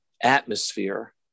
atmosphere